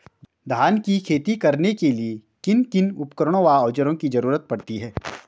धान की खेती करने के लिए किन किन उपकरणों व औज़ारों की जरूरत पड़ती है?